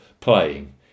playing